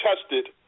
tested –